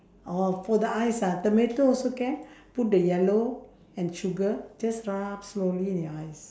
orh for the eyes ah tomato also can put the yellow and sugar just rub slowly in your eyes